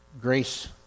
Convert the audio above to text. grace